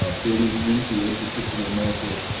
ah bidding into a particular market,